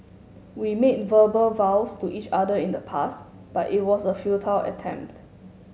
we made verbal vows to each other in the past but it was a futile attempt